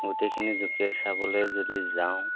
গোটেইখিনি যুকিয়াই চাবলৈ যদি যাওঁ